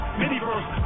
miniverse